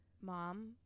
mom